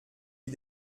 die